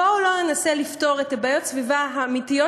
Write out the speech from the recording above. בואו לא ננסה לפתור את בעיות הסביבה האמיתיות